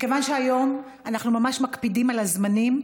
מכיוון שהיום אנחנו ממש מקפידים על הזמנים,